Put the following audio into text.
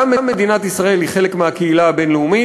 גם מדינת ישראל היא חלק מהקהילה הבין-לאומית,